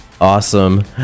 awesome